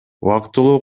убактылуу